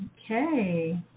Okay